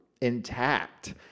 intact